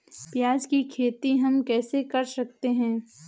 प्याज की खेती हम कैसे कर सकते हैं?